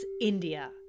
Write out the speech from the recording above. India